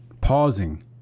pausing